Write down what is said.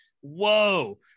whoa